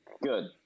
Good